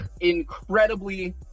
incredibly